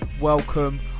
Welcome